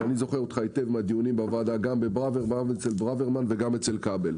אבל אני זוכר אותך היטב מהדיונים בוועדה גם אצל ברוורמן וגם אצל כבל.